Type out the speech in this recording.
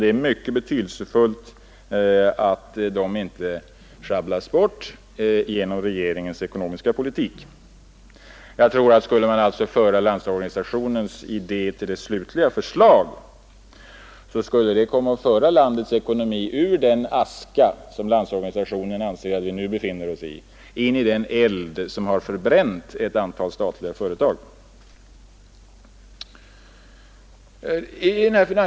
Det är mycket betydelsefullt att dessa pengar inte schabblas bort i regeringens näringspolitik. Om man skulle följa Landsorganisationens idé fram till dess slutliga förslag, tror jag det skulle komma att föra landets ekonomi ut ur den aska som Landsorganisationen anser att vi nu befinner oss i in i den eld som har förbränt ett antal statliga företag.